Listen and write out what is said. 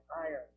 iron